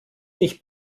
ich